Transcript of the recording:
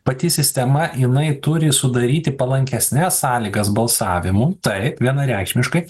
pati sistema jinai turi sudaryti palankesnes sąlygas balsavimu tai vienareikšmiškai